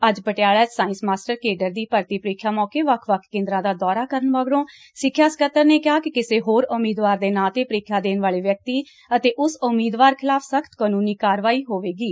ਅੱਜ ਪਟਿਆਲਾ 'ਚ science master cadre ਦੀ ਭਰਤੀ ਪ੍ਰੀਖਿਆ ਮੌਕੇ ਵੱਖ ਵੱਖ ਕੇਂਦਰਾਂ ਦਾ ਦੌਰਾ ਕਰਨ ਮਗਰੋਂ ਸਿੱਖਿਆ ਸਕੱਤਰ ਨੇ ਕਿਹਾ ਕਿ ਕਿਸੇ ਹੋਰ ਉਮੀਦਵਾਰ ਦੇ ਨਾਂ ਤੇ ਪ੍ੀਖਿਆ ਦੇਣ ਵਾਲੇ ਵਿਅਕਤੀ ਅਤੇ ਉਸ ਉਮੀਦਵਾਰ ਖਿਲਾਫ ਸਖਤ ਕਾਨੂੰਨੀ ਕਾਰਵਾਈ ਹੋਵੇਗੀ